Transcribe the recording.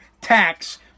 tax